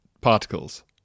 particles